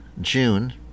June